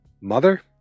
mother